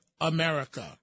America